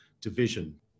division